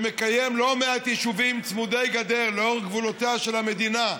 שמקיים לא מעט יישובים צמודי גדר לאורך גבולותיה של המדינה,